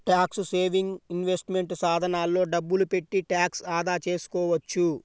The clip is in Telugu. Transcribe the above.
ట్యాక్స్ సేవింగ్ ఇన్వెస్ట్మెంట్ సాధనాల్లో డబ్బులు పెట్టి ట్యాక్స్ ఆదా చేసుకోవచ్చు